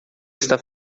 está